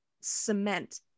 cement